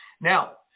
Now